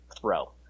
throw